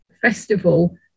festival